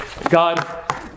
God